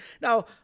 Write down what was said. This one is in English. now